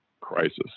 crisis